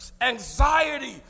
anxiety